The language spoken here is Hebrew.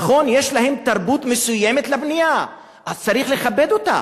נכון, יש תרבות מסוימת לבנייה, אז צריך לכבד אותה,